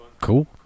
cool